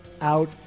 out